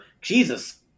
Jesus